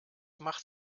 macht